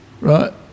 right